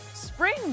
spring